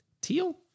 teal